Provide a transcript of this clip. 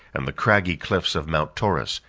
and the craggy cliffs of mount taurus,